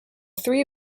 three